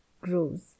grows